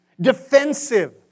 defensive